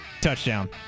Touchdown